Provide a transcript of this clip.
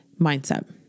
mindset